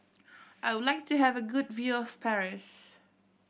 I would like to have a good view of Paris